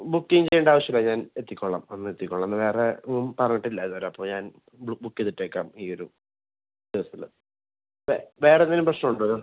booking ചെയ്യേണ്ട ആവശ്യമില്ല ഞാൻ എത്തിക്കോളാം അന്നെത്തിക്കോളാം അന്ന് വേറെയൊന്നും പറഞ്ഞിട്ടില്ല ഇതുവരെ അപ്പോൾ ഞാൻ ബുക്ക് ചെയ്തിട്ടേക്കാം ഈയൊരു കേസിൽ വേ വേറെന്തേലും പ്രശ്നമുണ്ടൊ